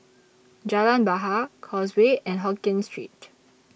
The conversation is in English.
Jalan Bahar Causeway and Hokien Street